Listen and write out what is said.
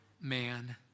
man